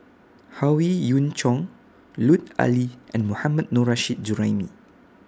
Howe Yoon Chong Lut Ali and Mohammad Nurrasyid Juraimi